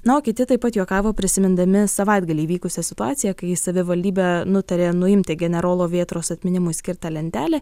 na o kiti taip pat juokavo prisimindami savaitgalį įvykusią situaciją kai savivaldybė nutarė nuimti generolo vėtros atminimui skirtą lentelę